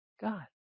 God